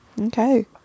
Okay